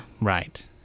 Right